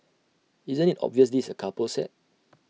isn't IT obvious this is A couple set